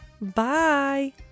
Bye